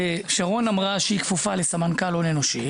שרון אמרה שהיא כפופה לסמנכ"ל הון אנושי.